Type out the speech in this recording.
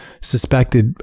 suspected